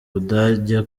budage